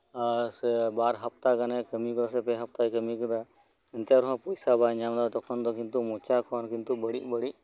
ᱟᱨ ᱥᱮ ᱵᱟᱨ ᱦᱟᱯᱛᱟ ᱜᱟᱱᱮ ᱠᱟᱢᱤᱣ ᱠᱟᱫᱟ ᱥᱮ ᱯᱮ ᱦᱟᱯᱛᱟᱭ ᱠᱟᱢᱤᱣ ᱠᱟᱫᱟ ᱮᱱᱛᱮ ᱨᱮᱦᱚᱸ ᱯᱚᱭᱥᱟ ᱵᱟᱭ ᱧᱟᱢ ᱫᱟ ᱛᱚᱠᱷᱚᱱ ᱫᱚ ᱠᱤᱱᱛᱩ ᱢᱚᱪᱟ ᱠᱷᱚᱱ ᱵᱟᱲᱤᱡ ᱵᱟᱲᱤᱡ